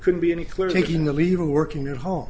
couldn't be any clear thinking the leader working at home